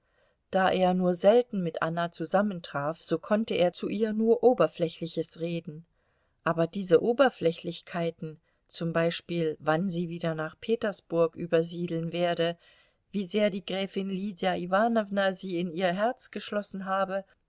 da er nur selten mit anna zusammentraf so konnte er zu ihr nur oberflächliches reden aber diese oberflächlichkeiten zum beispiel wann sie wieder nach petersburg übersiedeln werde wie sehr die gräfin lydia iwanowna sie in ihr herz geschlossen habe